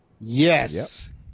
Yes